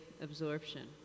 absorption